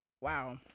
Wow